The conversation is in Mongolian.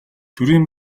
төрийн